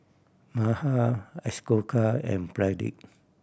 Mahade Ashoka and Pradip